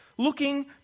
Looking